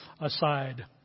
aside